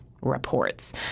Reports